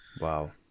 wow